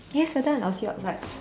yes we're done I'll see you outside